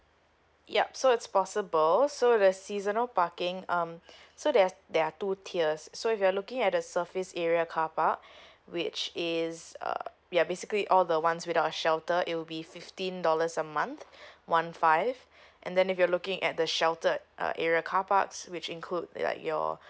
yup so it's possible so the seasonal parking um so there's there are two tiers so if you're looking at the surface area carpark which is uh ya basically all the ones without a shelter it will be fifteen dollars a month one five and then if you're looking at the sheltered uh area carparks which include like your